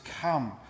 come